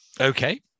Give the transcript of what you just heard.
Okay